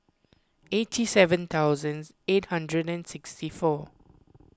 eighty seven thousands eight hundred and sixty four